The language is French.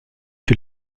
que